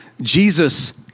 Jesus